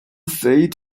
fate